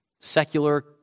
secular